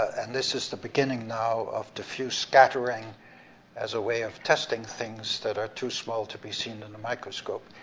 and this is the beginning now of diffuse scattering as a way of testing things that are too small to be seen in the microscope.